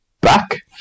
back